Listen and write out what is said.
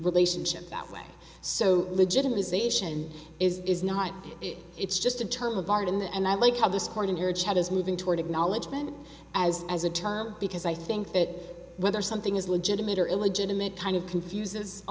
relationship that way so legitimisation is is not it's just a term of art in the end i like how the scorn in your chat is moving toward acknowledgement as as a term because i think that whether something is legitimate or illegitimate kind of confuses a